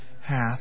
hath